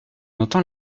entend